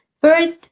First